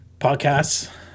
Podcasts